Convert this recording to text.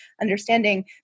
understanding